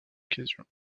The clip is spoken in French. occasion